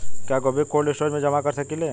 क्या गोभी को कोल्ड स्टोरेज में जमा कर सकिले?